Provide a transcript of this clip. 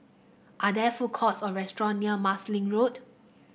are there food courts or restaurant near Marsiling Road